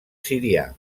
sirià